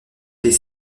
des